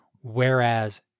whereas